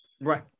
Right